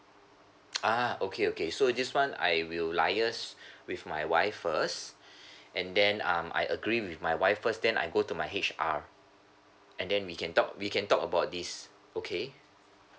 ah okay okay so this one I will liaise with my wife first and then um I agree with my wife first then I go to my H_R and then we can talk we can talk about this okay